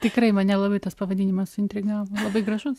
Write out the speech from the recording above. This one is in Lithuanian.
tikrai mane labai tas pavadinimas suintrigavo labai gražus